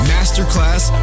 Masterclass